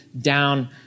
down